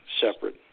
separate